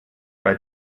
bei